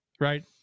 right